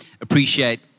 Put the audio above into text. appreciate